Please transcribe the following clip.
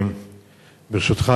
ברשותך,